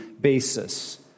basis